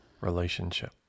relationship